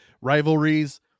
rivalries